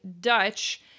Dutch